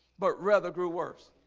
but rather grew worse